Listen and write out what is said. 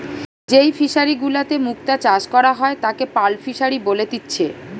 যেই ফিশারি গুলাতে মুক্ত চাষ করা হয় তাকে পার্ল ফিসারী বলেতিচ্ছে